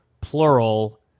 plural